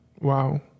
Wow